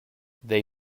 they